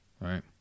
Right